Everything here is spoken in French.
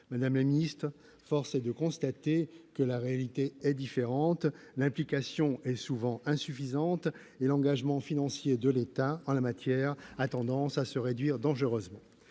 problématique. Or, force est de constater que la réalité est différente : l'implication est souvent insuffisante et l'engagement financier de l'État en la matière a tendance à se réduire dangereusement.